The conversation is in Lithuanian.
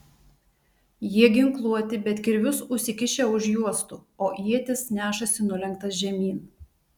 jie ginkluoti bet kirvius užsikišę už juostų o ietis nešasi nulenktas žemyn